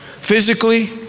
Physically